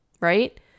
right